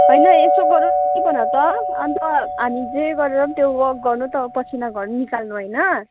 होइन यसो गरौँ कि भन त अन्त हामी जे गरेर पनि त्यो वाक गर्नु त हो पसिना गर्मी निकाल्नु होइन